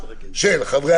של חברי